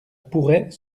pourrait